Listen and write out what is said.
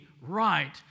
right